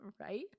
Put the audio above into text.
Right